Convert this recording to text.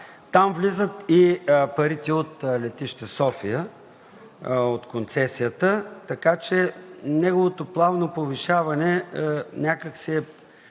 Там влизат и парите от летище София – от концесията, така че неговото плавно повишаване някак си е